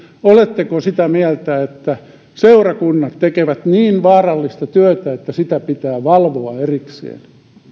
todella sitä mieltä että seurakunnat tekevät niin vaarallista työtä että sitä pitää valvoa erikseen